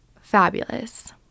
Fabulous